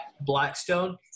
Blackstone